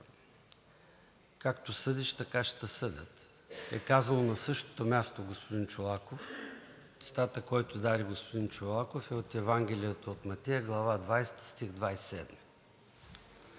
както съдиш, така ще те съдят – е казано на същото място, господин Чолаков. Цитатът, който даде господин Чолаков, е от Евангелие от Матея, Глава двадесета, стих 27.